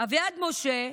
אביעד משה,